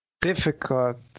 difficult